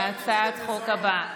בהצעת החוק הבאה.